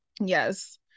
yes